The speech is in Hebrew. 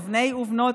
לבני ובנות